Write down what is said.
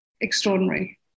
extraordinary